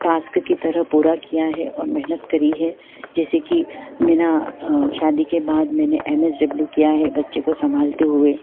task की तरह पूरा किया है और मेहनत करी है जैसे कि मैं न शादी के बाद मैंने एम एच डब्लू किया है बच्चे को सम्भालते हुए